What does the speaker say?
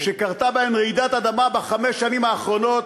שקרתה בהן רעידת אדמה בחמש שנים האחרונות.